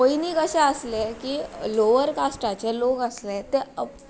पयनीं कशें आसलें की लोवर कास्टाचे लोक आसले ते